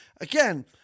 again